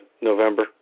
November